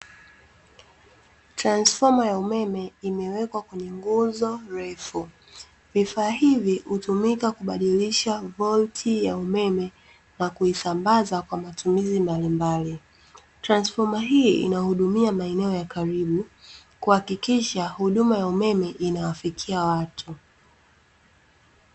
Transfoma ya umeme imewekwa kwenye nguzo refu. Vifaa hivi hutumika kubadilisha volti ya umeme na kuisambaza kwa matumizi mbalimbali. Transfoma hii inahudumia maeneo ya karibu, kuhakikisha huduma ya umeme inawafikia watu.